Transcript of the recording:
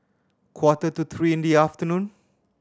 quarter to three in the afternoon